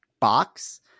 box